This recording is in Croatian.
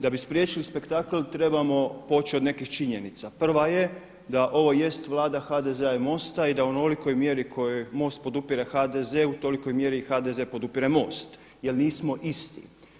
Da bi spriječili spektakl trebamo poći od nekih činjenica, prva je da ovo jest vlada HDZ-a i MOST-a i da u onolikoj mjeri kojoj MOST podupire HDZ-u u tolikoj mjeri HDZ-a podupire MOST jel nismo isti.